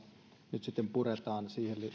nyt sitten hieman puretaan siihen